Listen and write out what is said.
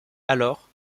alors